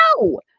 no